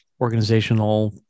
organizational